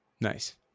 Nice